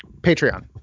Patreon